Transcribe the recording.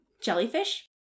jellyfish